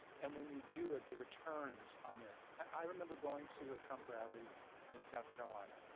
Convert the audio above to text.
and when you do it, the returns on it i remember going to a trump rally in south carolina,